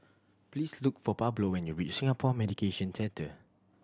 please look for Pablo when you reach Singapore Mediation Centre